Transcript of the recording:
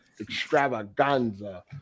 Extravaganza